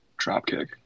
dropkick